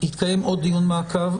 יתקיים עוד דיון מעקב,